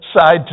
side